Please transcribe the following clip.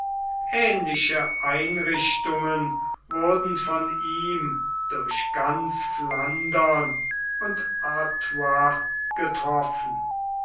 ähnliche einrichtungen wurden von ihm durch ganz flandern und artois getroffen